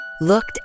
looked